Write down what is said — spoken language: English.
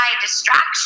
distraction